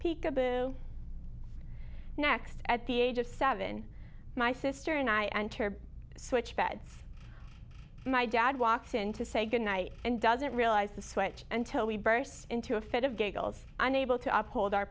peekaboo next at the age of seven my sister and i enter switch beds my dad walks in to say goodnight and doesn't realize the switch and till we burst into a fit of giggles unable to up hold our